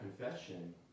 confession